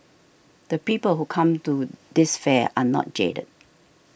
the people who come to this fair are not jaded